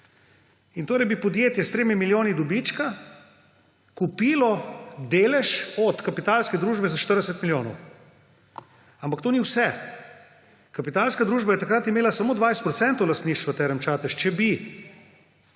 Torej bi podjetje s 3 milijoni dobička kupilo delež od kapitalske družbe za 40 milijonov. Ampak to ni vse. Kapitalska družba je takrat imela samo 20 % lastništva Term Čatež.